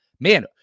man